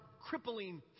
crippling